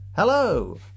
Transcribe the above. Hello